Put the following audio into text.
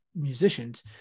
musicians